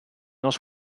nos